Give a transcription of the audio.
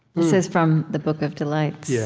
this is from the book of delights yeah